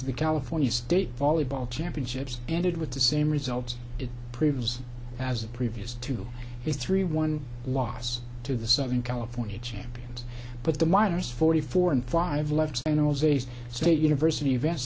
to the california state volleyball championships ended with the same results in previous as the previous two three one loss to the southern california champions but the minors forty four and five left animals a state university events